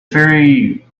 ferry